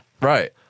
Right